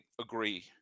agree